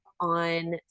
on